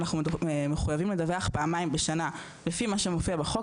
אנחנו מחויבים לדווח פעמיים בשנה לפי מה שמופיע בחוק,